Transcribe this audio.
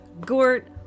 Gort